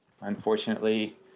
Unfortunately